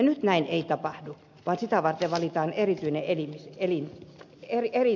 nyt näin ei tapahdu vaan sitä varten valitaan erityinen elin eli eri